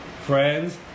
Friends